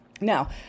Now